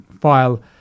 file